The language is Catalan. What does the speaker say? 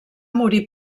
morir